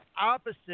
opposite